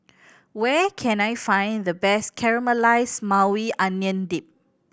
where can I find the best Caramelized Maui Onion Dip